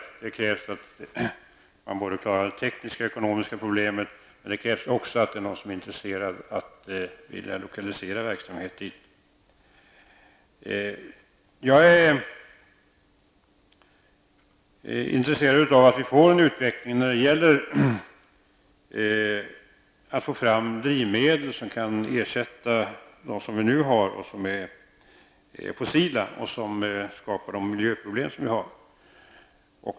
För detta krävs att vi har klarat både de tekniska och de ekonomiska problemen men också att det finns någon som är intresserad av att lokalisera verksamheten dit. Jag är intresserad av att det sker en utveckling när det gäller att få fram drivmedel som kan ersätta de fossila drivmedel vi nu har, vilka skapar miljöproblem.